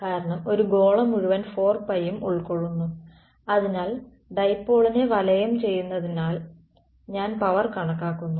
കാരണം ഒരു ഗോളം മുഴുവൻ 4π യും ഉൾക്കൊള്ളുന്നു അതിനാൽ ഡൈപോളിനെ വലയം ചെയ്യുന്നതിനാൽ ഞാൻ പവർ കണക്കാക്കുന്നു